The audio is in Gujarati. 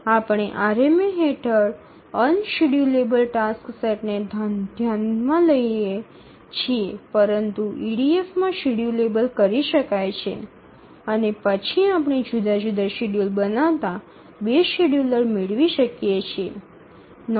આપણે આરએમએ હેઠળ અનશેડ્યૂલેબલ ટાસ્ક સેટને ધ્યાનમાં લઈએ છીએ પરંતુ ઇડીએફમાં શેડ્યૂલેબલ કરી શકાય છે અને પછી આપણે જુદા જુદા શેડ્યૂલ બનાવતા ૨ શેડ્યુલર મેળવી શકીએ છીએ